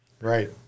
Right